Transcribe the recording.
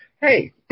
Hey